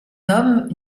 homme